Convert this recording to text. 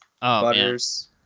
Butters